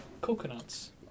coconuts